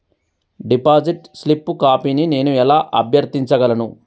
Deposit slip కాపీని నేను ఎలా అభ్యర్థించగలను?